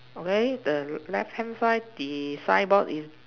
okay the left hand side the signboard is